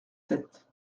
sept